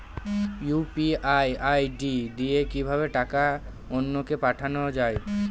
UPI ID দিয়ে কিভাবে টাকা অন্য কে পাঠানো যায়?